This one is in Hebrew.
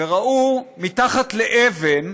וראו שמתחת לאבן,